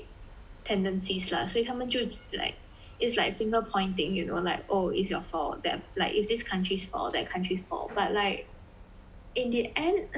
tendencies lah 所以他们就 like it's like finger pointing you know like oh it's your fault that like it's this country's fault that country's fault but like in the end